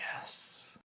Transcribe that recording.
yes